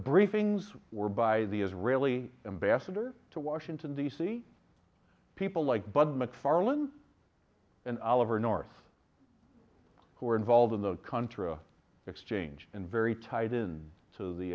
briefings were by the israeli ambassador to washington d c people like bud mcfarlane and oliver north who are involved in the country exchange and very tied in to the